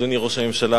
אדוני ראש הממשלה,